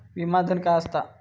विमा धन काय असता?